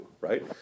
Right